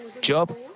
Job